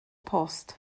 post